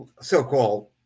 so-called